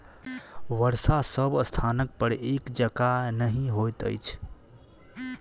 वर्षा सभ स्थानपर एक जकाँ नहि होइत अछि